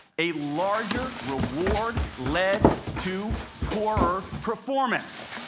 a larger reward led to poorer performance.